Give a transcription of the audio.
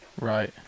Right